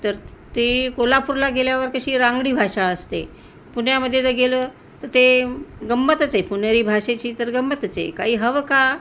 तर त् ते कोल्हापूरला गेल्यावर कशी रांगडी भाषा असते पुण्यामध्ये जर गेलं तर ते म् गंमतच आहे पुणेरी भाषेची तर गंमतच आहे काही हवं का